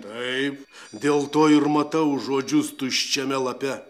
taip dėl to ir matau žodžius tuščiame lape